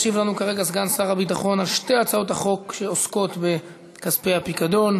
ישיב לנו כרגע סגן שר הביטחון על שתי הצעות החוק שעוסקות בכספי הפיקדון,